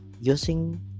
Using